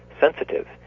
sensitive